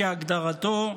כהגדרתו.